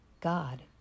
God